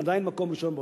עדיין מקום ראשון ב-OECD.